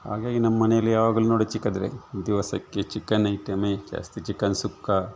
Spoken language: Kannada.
ಹಾಗಾಗಿ ನಮ್ಮಮನೆಯಲಿ ಯಾವಾಗಲು ನೋಡಿ ದಿವಸಕ್ಕೆ ಚಿಕನ್ ಐಟಮೆ ಜಾಸ್ತಿ ಚಿಕನ್ ಸುಕ್ಕ